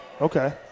Okay